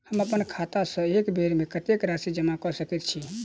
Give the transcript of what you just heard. हम अप्पन खाता सँ एक बेर मे कत्तेक राशि जमा कऽ सकैत छी?